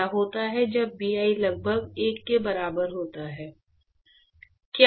क्या होता है जब Bi लगभग 1 के बराबर होता है